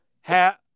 hat